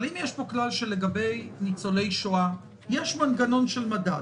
אבל אם יש פה כלל שלגבי ניצולי השואה יש מנגנון של מדד,